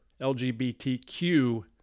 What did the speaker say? LGBTQ